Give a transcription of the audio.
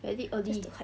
just to hike